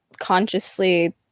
consciously